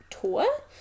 tour